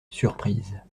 surprise